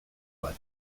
bat